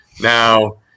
Now